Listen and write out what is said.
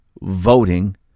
voting